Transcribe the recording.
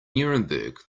nuremberg